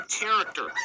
character